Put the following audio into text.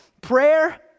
prayer